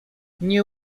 nie